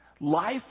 Life